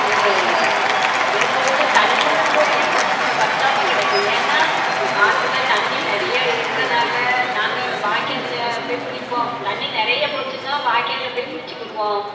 இது எங்கள் ஊரில் தண்ணி மட்டும் எப்போதும் வற்றாம கிடைக்கும் ஏன்னால் ஆற்றுல தண்ணி நிறையா இருக்கனால் நாங்கள் வாய்க்காலில் போய் குளிப்போம் தண்ணி நிறையா போச்சுன்னால் வாய்க்காலில் போய் குளிச்சிக்கிடுவோம்